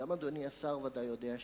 וגם אדוני השר ודאי יודע,